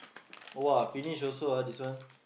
!wah! finish also ah this one